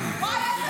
אבל מותר לה.